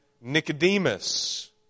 Nicodemus